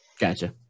Gotcha